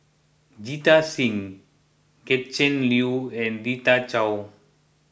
Jita Singh Gretchen Liu and Rita Chao